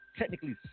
technically